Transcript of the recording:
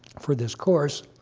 for this course.